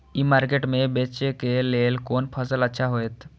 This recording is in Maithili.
ई मार्केट में बेचेक लेल कोन फसल अच्छा होयत?